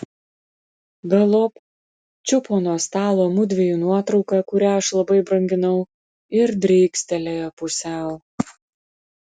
galop čiupo nuo stalo mudviejų nuotrauką kurią aš labai branginau ir drykstelėjo pusiau